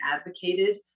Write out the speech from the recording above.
advocated